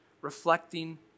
reflecting